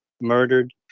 murdered